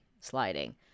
sliding